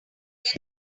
get